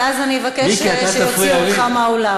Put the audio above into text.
ואז אני אבקש שיוציאו אותך מהאולם.